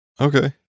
Okay